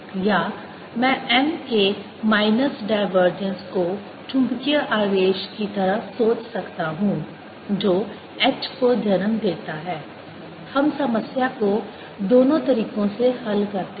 या मैं m के माइनस डाइवर्जेंस को चुंबकीय आवेश की तरह सोच सकता हूं जो h को जन्म देता है हम समस्या को दोनों तरीकों से हल करते हैं